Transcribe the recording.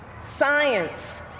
science